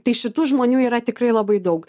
tai šitų žmonių yra tikrai labai daug